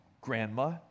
grandma